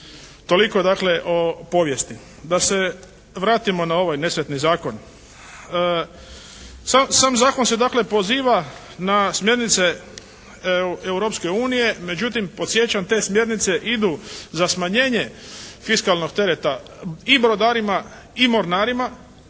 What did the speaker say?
Toliko dakle o povijesti. Da se vratimo na ovaj nesretni Zakon. Sam zakon se dakle poziva na smjernice Europske unije, međutim podsjećam te smjernice idu za smanjenje fiskalnog tereta i brodarima i mornarima,